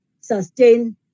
sustain